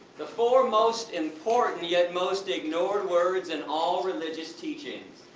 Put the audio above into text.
the four most important, and yet, most ignored words in all religious teachings.